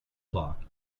clock